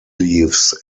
leaves